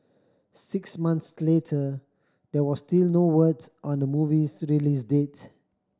six months later there was still no word on the movie's release date